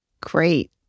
Great